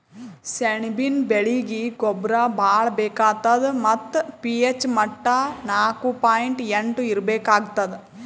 ಸೆಣಬಿನ ಬೆಳೀಗಿ ಗೊಬ್ಬರ ಭಾಳ್ ಬೇಕಾತದ್ ಮತ್ತ್ ಪಿ.ಹೆಚ್ ಮಟ್ಟಾ ನಾಕು ಪಾಯಿಂಟ್ ಎಂಟು ಇರ್ಬೇಕಾಗ್ತದ